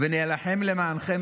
ואני אילחם למענכם,